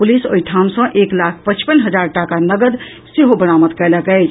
police ओहि ठाम सॅ एक लाख पचपन हजार टाका नकद सेहो बरामद कयलक अछि